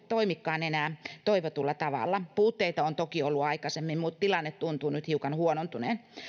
toimikaan enää toivotulla tavalla puutteita on toki ollut aikaisemmin mutta tilanne tuntuu nyt hiukan huonontuneen